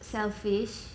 selfish